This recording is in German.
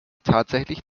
tatsächlich